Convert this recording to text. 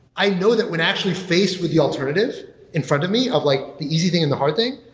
i know that when actually faced with the alternative in front of me of like the easy thing and the hard thing,